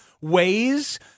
ways